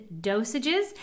dosages